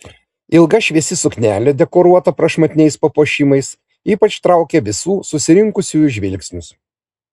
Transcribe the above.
ilga šviesi suknelė dekoruota prašmatniais papuošimais ypač traukė visų susirinkusiųjų žvilgsnius